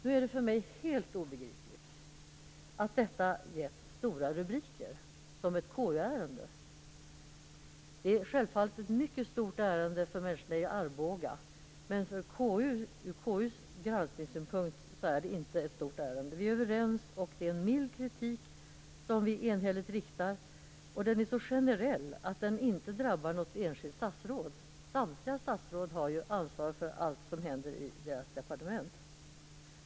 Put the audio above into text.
Nu är det för mig helt obegripligt att detta gett stora rubriker som ett KU-ärende. Det är självfallet ett mycket stort ärende för människorna i Arboga, men från KU:s granskningssynpunkt är det inte ett stort ärende. Vi är överens, och den milda kritik vi enhälligt riktar är så generell att den inte drabbar något enskilt statsråd. Samtliga statsråd har ju ansvar för allt som händer i deras departement.